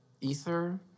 Ether